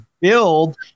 build